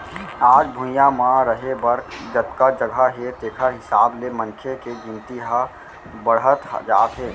आज भुइंया म रहें बर जतका जघा हे तेखर हिसाब ले मनखे के गिनती ह बाड़हत जात हे